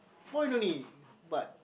point only but